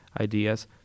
ideas